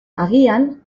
agian